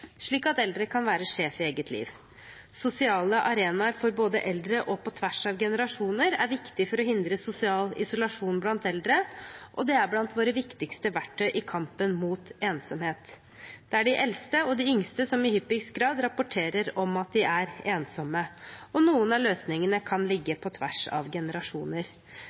slik at eldre kan være sjef i eget liv. Sosiale arenaer både for eldre og på tvers av generasjoner er viktig for å hindre sosial isolasjon blant eldre, og det er blant våre viktigste verktøy i kampen mot ensomhet. Det er de eldste og de yngste som i hyppigst grad rapporterer om at de er ensomme, og noen av løsningene kan ligge på tvers av generasjoner.